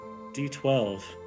d12